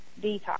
detox